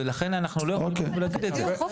ולכן אנחנו לא יכולים לעשות את זה.